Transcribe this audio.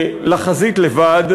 לחזית לבד.